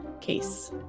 case